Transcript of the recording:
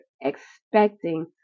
expecting